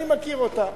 אני מכיר אותה.